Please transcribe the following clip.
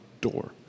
door